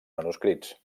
manuscrits